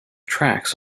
tracks